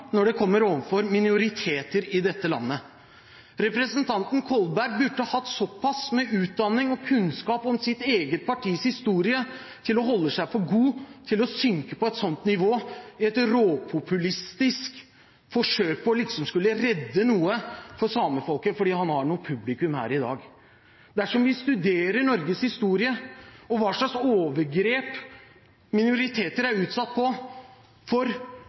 når det gjelder minoriteter i dette landet. Representanten Kolberg burde hatt såpass med utdanning og kunnskap om sitt eget partis historie at han holdt seg for god til å synke til et slikt nivå, i et råpopulistisk forsøk på å redde noe for samefolket fordi han har litt publikum her i dag. Dersom vi studerer Norges historie og hva slags overgrep minoriteter er utsatt for,